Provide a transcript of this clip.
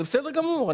זה בסדר גמור.